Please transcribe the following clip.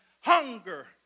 hunger